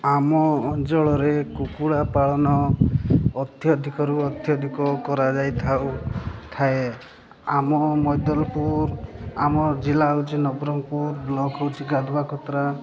ଆମ ଅଞ୍ଚଳରେ କୁକୁଡ଼ା ପାଳନ ଅତ୍ୟଧିକରୁ ଅତ୍ୟଧିକ କରାଯାଇଥାଉ ଥାଏ ଆମ ମୈଦଲପୁର ଆମ ଜିଲ୍ଲା ହଉଚି ନବରଙ୍ଗପୁର ବ୍ଲକ୍ ହେଉଛି ଗାଧୁବାକତ୍ରା